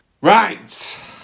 Right